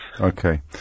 Okay